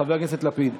חבר הכנסת לפיד.